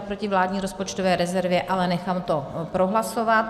Jde tedy proti vládní rozpočtové rezervě, ale nechám to prohlasovat.